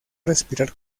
respirar